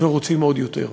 ורוצים עוד יותר.